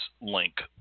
link